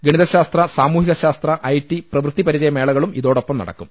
ഗണിത ശാസ്ത്ര സാമൂഹികശാ സ്ത്ര ഐ ടി പ്രവൃത്തി പരിചയമേളകളും ഇതോടൊപ്പം നടക്കും